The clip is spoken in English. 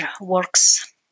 works